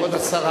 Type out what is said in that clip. אני מבקש,